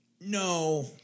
No